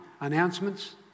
announcements